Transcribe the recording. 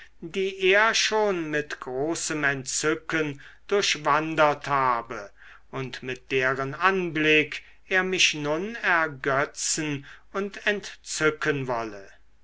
die er schon mit großem entzücken durchwandert habe und mit deren anblick er mich nun ergötzen und entzücken wolle